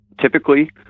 typically